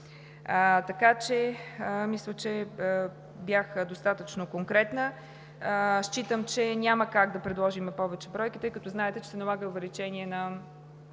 служители. Мисля, че бях достатъчно конкретна. Считам, че няма как да предложим повече бройки, тъй като знаете, че се налага увеличение,